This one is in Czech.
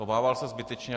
Obával se zbytečně.